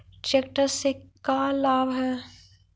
Tractor से का लाभ है?